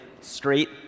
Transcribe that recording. straight